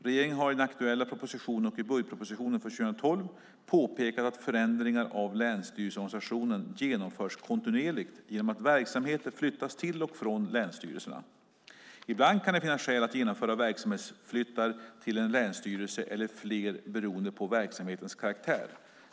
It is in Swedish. Regeringen har i den aktuella propositionen och i budgetpropositionen för 2012 påpekat att förändringar av länsstyrelseorganisationen genomförs kontinuerligt genom att verksamheter flyttas till och från länsstyrelserna. Ibland kan det finnas skäl att genomföra verksamhetsflyttar till en länsstyrelse eller fler beroende på verksamhetens karaktär.